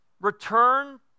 Return